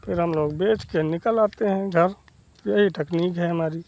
फिर हम लोग बेच कर निकल आते हैं घर यही टेकनीक है हमारी